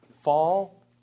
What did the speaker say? fall